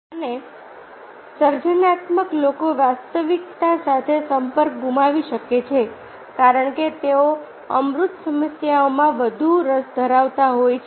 અને સર્જનાત્મક લોકો વાસ્તવિકતા સાથે સંપર્ક ગુમાવી શકે છે કારણ કે તેઓ અમૂર્ત સમસ્યાઓમાં વધુ રસ ધરાવતા હોય છે